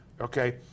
okay